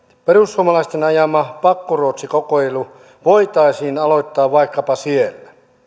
perussuomalaisten ajama pakkoruotsikokeilu voitaisiin aloittaa vaikkapa siellä